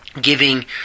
giving